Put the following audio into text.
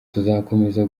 tuzakomeza